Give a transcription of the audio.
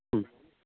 ம்